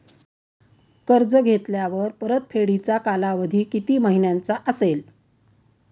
कर्ज घेतल्यावर परतफेडीचा कालावधी किती महिन्यांचा असेल?